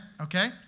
Okay